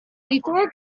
before